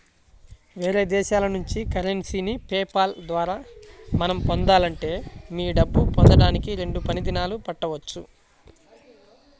వేరే దేశాల నుంచి కరెన్సీని పే పాల్ ద్వారా మనం పొందాలంటే మీ డబ్బు పొందడానికి రెండు పని దినాలు పట్టవచ్చు